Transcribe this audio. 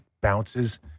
bounces